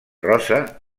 rosa